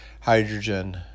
hydrogen